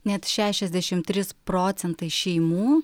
net šešiasdešim trys procentai šeimų